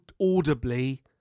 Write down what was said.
audibly